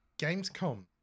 Gamescom